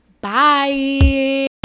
bye